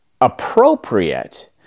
appropriate